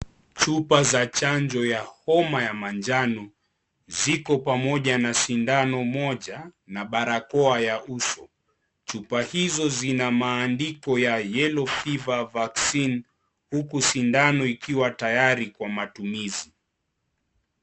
Chupa za chanjo ya homa ya manjano ziko pamoja na sindano moja na barakoa ya uso. Chupa hizo zina maandiko ya yellow fever vaccine huku sindano ikiwa tayari Kwa matumizi.